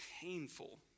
Painful